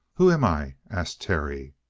who am i? asked terry.